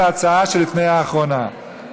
(תיקון מס' 10)